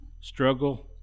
struggle